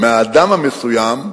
מהאדם המסוים,